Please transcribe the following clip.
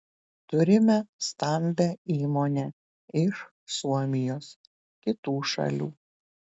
turime stambią įmonę iš suomijos kitų šalių